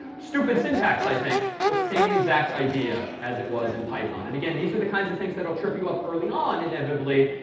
stupid syntax, i think, but same exact idea as it was in python. and again, these are the kinds of things that will trip you up early on, inevitably,